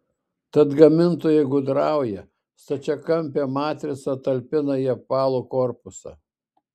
tad gamintojai gudrauja stačiakampę matricą talpina į apvalų korpusą